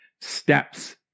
steps